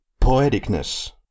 poeticness